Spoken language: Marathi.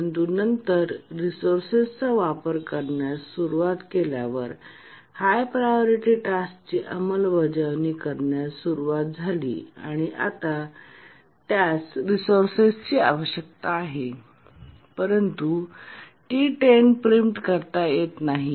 परंतु नंतर रिसोर्सेसचा वापर करण्यास सुरवात केल्यावर हाय प्रायोरिटी टास्कची अंमलबजावणी करण्यास सुरुवात झाली आणि आता त्यास रिसोर्सेसची आवश्यकता आहे परंतु T10 प्रिम्प्ट करता येत नाही